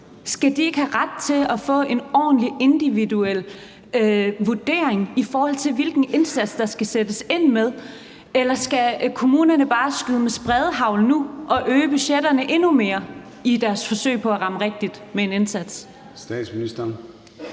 Skal de ikke have ret til at få en ordentlig individuel vurdering, i forhold til hvilken indsats der skal sættes ind med? Eller skal kommunerne bare skyde med spredehagl nu og øge budgetterne endnu mere i deres forsøg på at ramme rigtigt med en indsats?